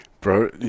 Bro